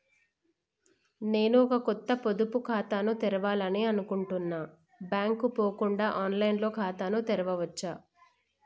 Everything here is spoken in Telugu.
నేను ఒక కొత్త పొదుపు ఖాతాను తెరవాలని అనుకుంటున్నా బ్యాంక్ కు పోకుండా ఆన్ లైన్ లో ఖాతాను తెరవవచ్చా?